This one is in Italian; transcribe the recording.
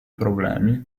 problemi